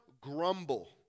grumble